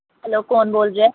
hello ਕੌਣ ਬੋਲ ਰਿਹਾ